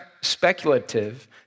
speculative